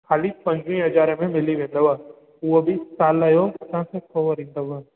खाली पंजुवीह हज़ारे में मिली वेंदव उहो बि साल जो तव्हांखे पोइ भरींदव